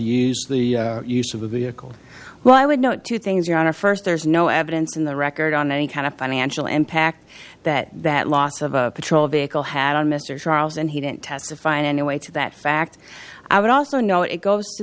use the use of a vehicle well i would note two things are on a first there's no evidence in the record on any kind of financial impact that that loss of a patrol vehicle had on mr charles and he didn't testify in any way to that fact i would also know it goes to